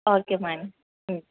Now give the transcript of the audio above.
okay madam